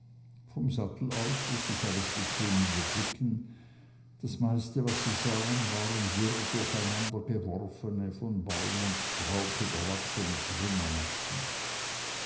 vom sattel aus ließ sich alles bequem überblicken das meiste was sie sahen waren wirr durcheinandergeworfene von baum und strauch überwachsene